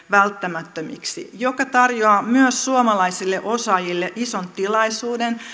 välttämättömiksi mikä tarjoaa myös suomalaisille osaajille ison tilaisuuden